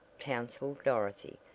counseled dorothy.